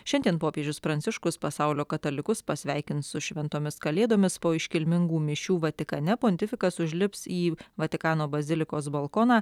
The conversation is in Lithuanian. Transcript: šiandien popiežius pranciškus pasaulio katalikus pasveikins su šventomis kalėdomis po iškilmingų mišių vatikane pontifikas užlips į vatikano bazilikos balkoną